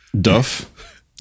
duff